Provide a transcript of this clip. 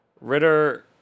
Ritter